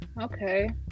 okay